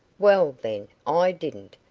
well, then, i didn't.